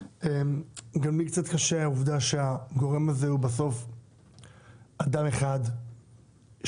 גם לי קצת קשה העובדה שהגורם הזה הוא בסוף אדם אחד שממונה,